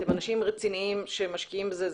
אתם אנשים רציניים שמשקיעים בזה,